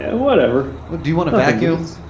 and whatever. but do you wanna vacuum,